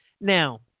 Now